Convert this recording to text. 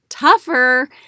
tougher